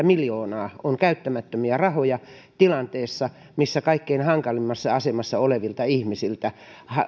miljoonaa on käyttämättömiä rahoja tilanteessa missä kaikkein hankalimmassa asemassa olevilta ihmisiltä